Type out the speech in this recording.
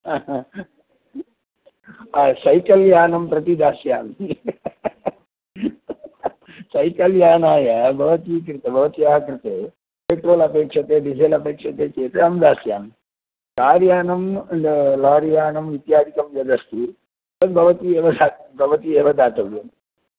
आ हा आ सैकल् यानं प्रति दास्यामि सैकल् यानाय भवती कृते भवत्याः कृते पेट्रोल् अपेक्षते डिसेल् अपेक्षते चेत् अहं दास्यामि कार् यानं लारि यानं इत्यादिकं यदस्ति तद्भवती एव भवती एव दातव्यम्